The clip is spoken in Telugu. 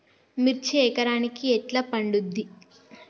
మిర్చి ఎకరానికి ఎట్లా పండుద్ధి?